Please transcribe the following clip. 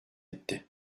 etti